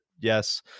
yes